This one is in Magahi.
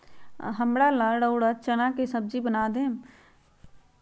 हमरा ला रउरा चना के सब्जि बना देम